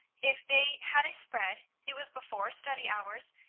if they had a spread, it was before study hours,